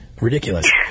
Ridiculous